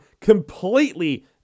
completely